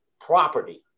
property